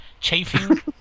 Chafing